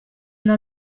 una